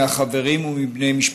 מהחברים ומבני משפחתי.